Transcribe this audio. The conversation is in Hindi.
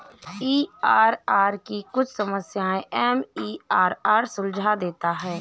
आई.आर.आर की कुछ समस्याएं एम.आई.आर.आर सुलझा देता है